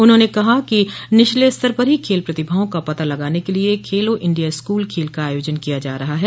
उन्होंने कहा कि निचले स्तर पर ही खेल प्रतिभाओं का पता लगाने के लिए खेलो इंडिया स्कूल खेल का आयोजन किया जा रहा है